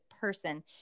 person